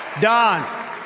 Don